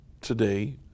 today